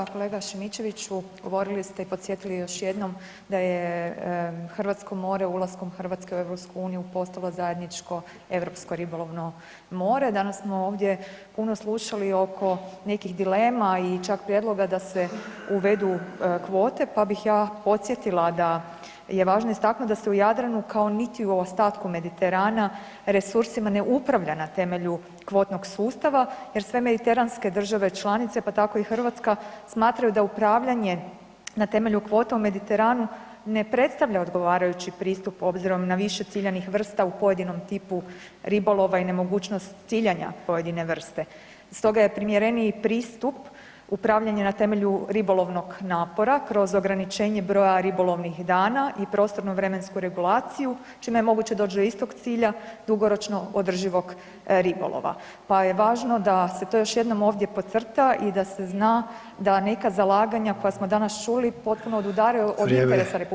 Kolega Šimičeviću, govorili ste i podsjetili još jednom da je hrvatsko more ulaskom Hrvatske u EU postalo zajedničko europsko ribolovno more, danas smo ovdje puno slušali oko nekih dilema i čak prijedloga da se uvedu kvote pa bih ja podsjetila da je važno istaknuti da se u Jadranu kao niti u ostatku Mediterana, resursima ne upravlja na temelju kvotnog sustava jer sve mediteranske države članice pa tako i Hrvatska, smatraju da upravljanje na temelju kvota u Mediteranu ne predstavlja odgovarajući pristup obzirom na više ciljanih vrsta u pojedinom tipu ribolova i nemogućnost ciljanja pojedine vrste stoga je primjereniji pristup upravljanja na temelju ribolovnog napora kroz ograničenje broja ribolovnih dana i prostorno vremensku regulaciju čime je moguće doći do istog cilja dugoročno održivog ribolova, pa je važno da se to još jednom ovdje podcrta i da se zna da neka zalaganja koja smo danas čuli potpuno odudaraju od interesa RH.